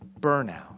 burnout